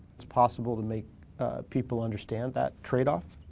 it's possible to make people understand that tradeoff.